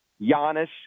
Giannis